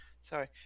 Sorry